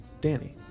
Danny